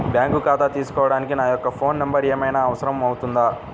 Bank ఖాతా తీసుకోవడానికి నా యొక్క ఫోన్ నెంబర్ ఏమైనా అవసరం అవుతుందా?